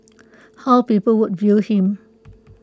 how people would view him